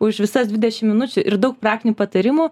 už visas dvidešim minučių ir daug praktinių patarimų